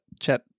chat